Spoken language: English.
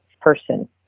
person